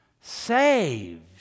saved